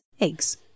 eggs